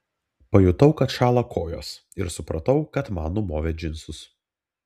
pajutau kad šąla kojos ir supratau kad man numovė džinsus